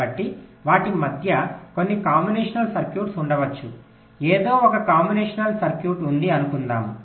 కాబట్టి వాటి మధ్య కొన్ని కాంబినేషన్ సర్క్యూట్లు ఉండవచ్చు ఎదో ఒక కాంబినేషన్ సర్క్యూట్ ఉంది అనుకుందాము